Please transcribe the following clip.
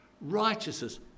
Righteousness